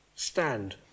Stand